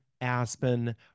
Aspen